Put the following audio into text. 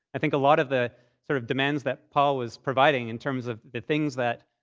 i think a lot of the sort of demands that paul was providing in terms of the things that